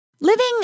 living